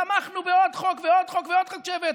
תמכנו בעוד חוק, בעוד חוק, בעוד חוק שהבאתם.